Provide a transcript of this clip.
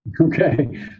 okay